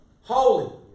holy